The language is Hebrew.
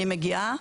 אני מגיעה,